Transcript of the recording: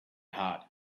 hot